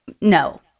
No